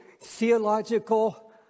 theological